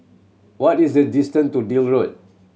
what is the distant to Deal Road